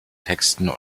texten